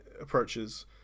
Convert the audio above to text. approaches